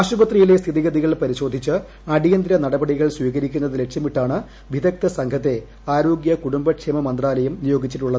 ആശുപത്രിയിലെ സ്ഥിതിഗതികൾ പരിശോ്ധിച്ച് അടിയന്തര നടപടികൾ സ്വീകരിക്കുന്നത് ലക്ഷ്യമിട്ടാണ് വിദഗ്ധ സംഘത്തെ ആരോഗ്യ കുടുംബക്ഷേമ മന്ത്രാലയം നിയോഗിച്ചിരിക്കുന്നത്